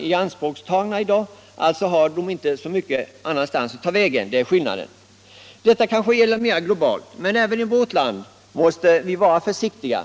i anspråktagna. Det finns inte så många ställen kvar. Detta kanske gäller mer globalt. Men även i vårt land måste vi vara försiktiga.